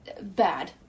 bad